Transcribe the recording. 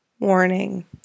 Warning